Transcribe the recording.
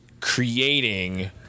creating